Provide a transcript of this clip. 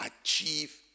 achieve